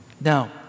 Now